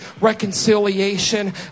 reconciliation